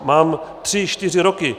Mám tři čtyři roky.